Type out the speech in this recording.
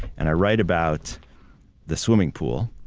and i write about the swimming pool,